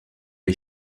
les